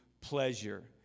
pleasure